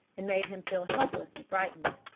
and made him feel helpless and frightened.